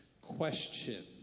question